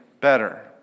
better